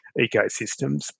ecosystems